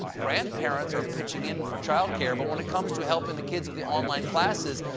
grandparents are pitching in for childcare. but when it comes to helping the kids with the online classes,